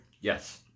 Yes